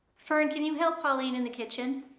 fern, can you help pauline in the kitchen?